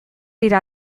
dira